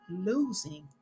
losing